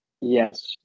Yes